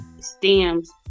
stems